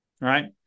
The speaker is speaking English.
right